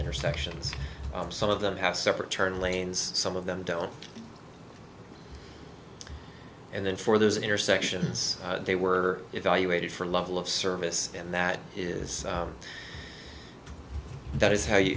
intersections some of them have separate turn lanes some of them don't and then for those intersections they were evaluated for level of service and that is that is how you